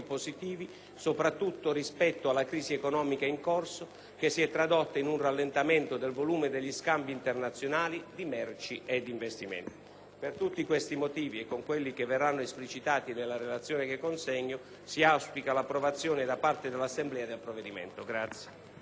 soprattutto rispetto alla crisi economica in corso, che si è tradotta in un rallentamento del volume degli scambi internazionali di merci e degli investimenti. In conclusione, per tutti questi motivi e per quelli esplicitati nella relazione, che consegno, si auspica l'approvazione da parte dell'Assemblea del provvedimento.